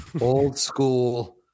Old-school